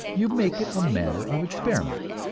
you make it a matter of experiment.